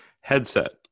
headset